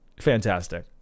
fantastic